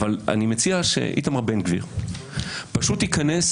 אבל אני מציע שאיתמר בן גביר פשוט ייכנס